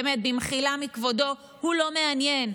באמת, במחילה מכבודו, הוא לא מעניין.